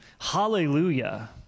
Hallelujah